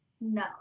No